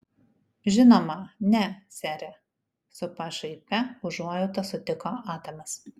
žinoma ne sere su pašaipia užuojauta sutiko adamas